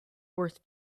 worth